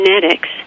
genetics